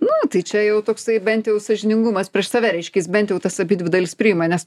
nu tai čia jau toksai bent jau sąžiningumas prieš save reiškias bent jau tas abidvi dalis priima nes